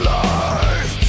life